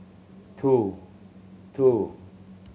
two two